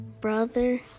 Brother